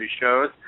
shows